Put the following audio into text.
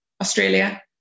Australia